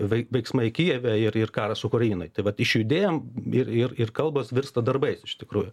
vei veiksmai kijeve ir ir karas ukrainoj taip vat išjudėjom ir ir ir kalbos virsta darbais iš tikrųjų